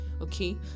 Okay